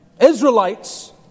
Israelites